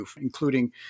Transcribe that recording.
including